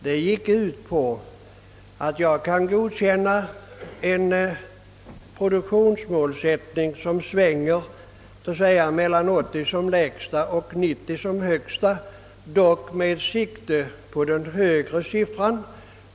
Det gick ut på att jag kan godkänna en produktion som varierar mellan 80 procent som lägsta och 90 procent som högsta gräns, dock med sikte på den högre siffran.